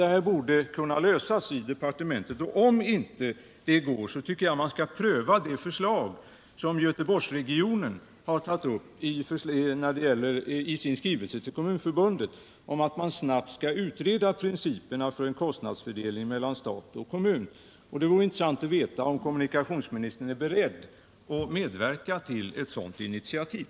Problemet borde kunna lösas i departementet, men om detta inte går, tycker jag att man bör ompröva det förslag som Göteborgsregionen har tagit upp i sin skrivelse till Kommun förbundet, nämligen att principerna för en kostnadsfördelning mellan stat och kommun snabbt skall utredas. Det vore intressant att få veta om kommunikationsministern är beredd att medverka till ett sådant initiativ.